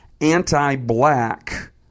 anti-black